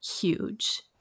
huge